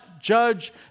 judge